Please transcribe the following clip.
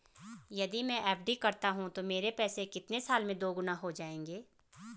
यदि मैं एफ.डी करता हूँ तो मेरे पैसे कितने साल में दोगुना हो जाएँगे?